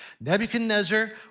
Nebuchadnezzar